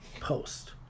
post